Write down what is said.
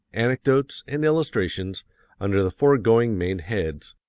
anecdotes, and illustrations under the foregoing main heads,